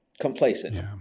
complacent